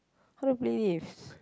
how to play this